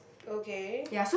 okay